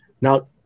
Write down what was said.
now